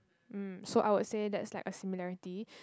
um so I would say that's like a similarity